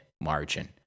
margin